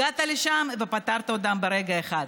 הגעת לשם ופתרת אותן ברגע אחד.